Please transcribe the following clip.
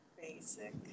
Basic